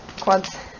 quads